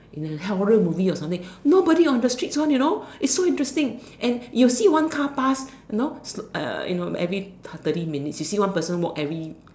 in a horror movie or something nobody on the streets one you know it's so interesting and you see one car pass you know uh you know every thirty minutes you see one person walk every